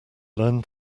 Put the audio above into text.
learned